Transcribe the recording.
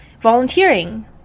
volunteering